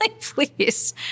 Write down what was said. please